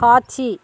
காட்சி